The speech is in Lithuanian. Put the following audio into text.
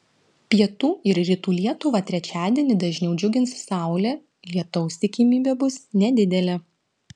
pietų ir rytų lietuvą trečiadienį dažniau džiugins saulė lietaus tikimybė bus nedidelė